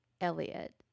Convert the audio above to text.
Elliot